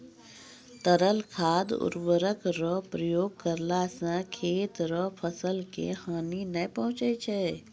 तरल खाद उर्वरक रो प्रयोग करला से खेत रो फसल के हानी नै पहुँचय छै